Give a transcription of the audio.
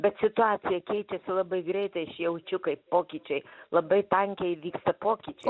bet situacija keičiasi labai greitai aš jaučiu kaip pokyčiai labai tankiai vyksta pokyčiai